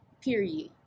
period